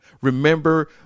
Remember